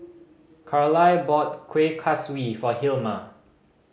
Carlyle bought Kueh Kaswi for Hilma